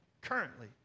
currently